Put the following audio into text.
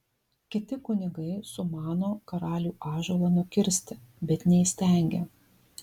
kiti kunigai sumano karalių ąžuolą nukirsti bet neįstengia